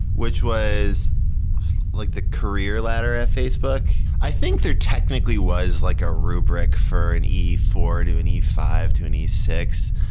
which was like the career ladder at facebook. i think there technically was like a rubric for an e four to an e five to an e six,